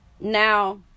now